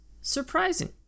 surprising